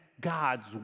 God's